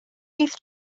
fydd